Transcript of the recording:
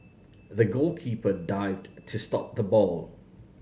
the goalkeeper dived to stop the ball